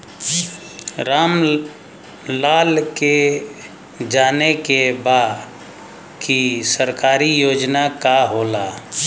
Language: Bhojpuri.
राम लाल के जाने के बा की सरकारी योजना का होला?